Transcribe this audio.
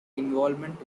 involvement